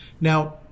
Now